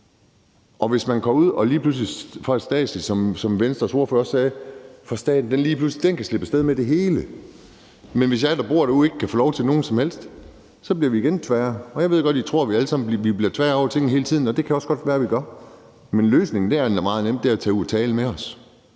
få dem til at være medspillere. Som Venstres ordfører også sagde, kan staten slippe af sted med det hele, men hvis vi, der bor derude, ikke kan få lov til noget som helst, bliver vi igen tvære. Jeg ved godt, at I tror, at vi alle sammen bliver tvære over ting hele tiden, og det kan det også godt være at vi gør. Men løsningen er egentlig meget nem: Tag ud og tal med os.